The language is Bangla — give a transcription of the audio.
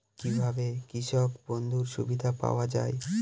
কি ভাবে কৃষক বন্ধুর সুবিধা পাওয়া য়ায়?